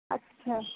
আচ্ছা